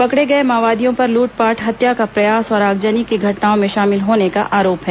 पकड़े गए माओवादियों पर लूटपाट हत्या का प्रयास और आगजनी की घटनाओं में शामिल होने का आरोप है